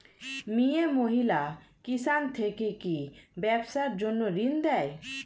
মিয়ে মহিলা কিষান থেকে কি ব্যবসার জন্য ঋন দেয়?